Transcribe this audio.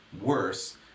worse